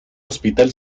hospital